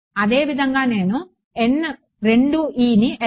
అదేవిధంగా నేను ని ఎలా నిర్వచించగలను